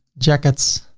jackets.